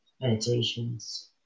meditations